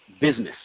business